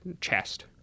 chest